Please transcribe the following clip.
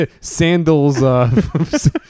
Sandals